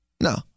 No